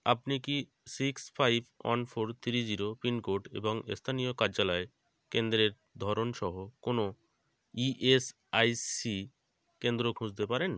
আপনি কি six five one four three zero pincode এবং স্থানীয় কার্যালয় কেন্দ্রের ধরনসহ কোনো ই এস আই সি কেন্দ্র খুঁজতে পারেন